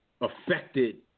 affected